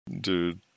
Dude